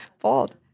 Bold